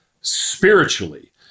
spiritually